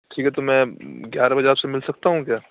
ٹھیک ہے تو میں گیارہ آپ سے مل سکتا ہوں کیا